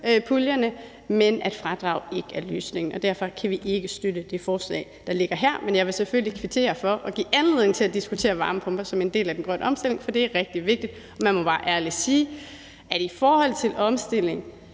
puljerne, men at fradrag ikke er løsningen, og derfor kan vi ikke støtte det forslag, der ligger her. Men jeg vil selvfølgelig kvittere for at give anledning til at diskutere varmepumper som en del af den grønne omstilling, for det er rigtig vigtigt. Man må bare ærligt sige, at i forhold til omstilling